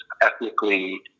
ethnically